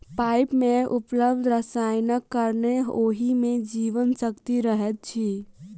पाइन मे उपलब्ध रसायनक कारणेँ ओहि मे जीवन शक्ति रहैत अछि